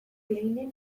kleinek